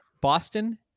Boston